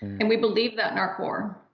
and we believe that in our core.